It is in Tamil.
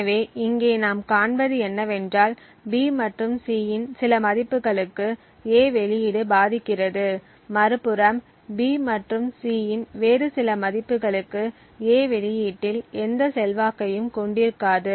எனவே இங்கே நாம் காண்பது என்னவென்றால் B மற்றும் C இன் சில மதிப்புகளுக்கு A வெளியீடு பாதிக்கிறது மறுபுறம் B மற்றும் C இன் வேறு சில மதிப்புகளுக்கு A வெளியீட்டில் எந்த செல்வாக்கையும் கொண்டிருக்காது